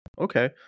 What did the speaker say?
Okay